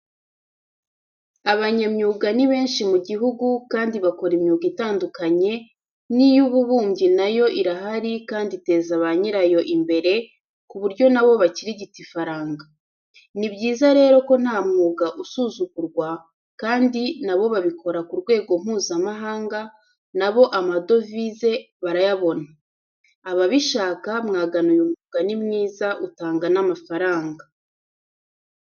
Abanyamyuga ni benshi mu gihugu kandi bakora imyuga itandukanye n'iy'ububumbyi na yo irahari kandi iteza ba nyirayo imbere, ku buryo na bo bakirigita ifaranga. Ni byiza rero ko ntamwuga usuzugurwa, kandi na bo babikora ku rwego Mpuzamahanga na bo amadovize barayabona. Ababishaka mwagana uyu mwuga ni mwiza utanga n'amafaranga.